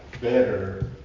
better